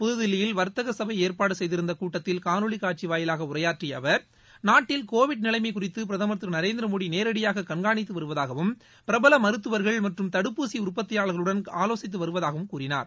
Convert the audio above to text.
புதுதில்லியில் வர்த்தக சகபை ஏற்பாடு செய்திருந்த கூட்டத்தில் காணோலி காட்சி வாயிலாக உரையாற்றிய அவர் நாட்டில் கோவிட் நிலைமை குறித்து பிரதம் திரு நரேந்திரமோடி நேரடியாக கண்காணித்து வருவதாகவும் பிரபல மருத்துவா்கள் மற்றும் தடுப்பூசி உற்பத்தியாளா்களுடன் ஆலோசித்து வருவதாகவும் கூறினார்